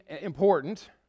important